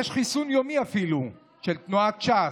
יש אפילו חיסון יומי של תנועת ש"ס,